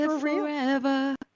forever